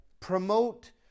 promote